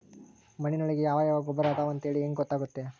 ಮಣ್ಣಿನೊಳಗೆ ಯಾವ ಯಾವ ಗೊಬ್ಬರ ಅದಾವ ಅಂತೇಳಿ ಹೆಂಗ್ ಗೊತ್ತಾಗುತ್ತೆ?